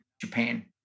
Japan